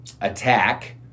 attack